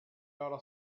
loro